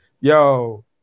yo